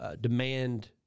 demand